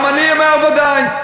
גם אני אומר ודאי.